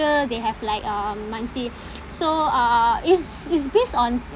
they have like um monthly so uh it's it's based on